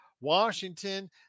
Washington